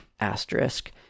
asterisk